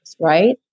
right